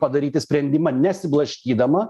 padaryti sprendimą nesiblaškydama